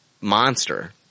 monster